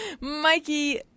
Mikey